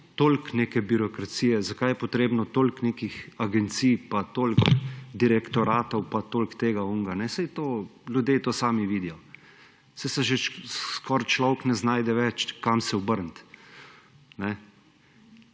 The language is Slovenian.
neke birokracije, zakaj je potrebno toliko nekih agencij pa toliko direktoratov pa toliko tega, onega. Saj ljudje to sami vidijo. Saj se skoraj človek ne znajde več, ne ve, kam se obrniti,